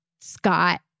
Scott